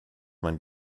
mein